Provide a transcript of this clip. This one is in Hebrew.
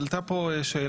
עלתה פה שאלה,